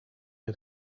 had